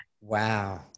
wow